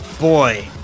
Boy